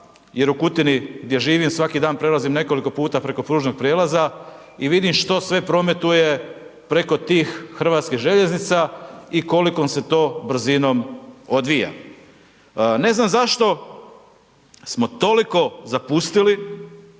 jer u Kutini gdje živim, svaki dan prelazim nekoliko puta preko pružnog prijelaza i vidim što sve prometuje preko tih hrvatskih željeznica i kolikom se to brzinom odvija. Ne znam zašto smo toliko zapustili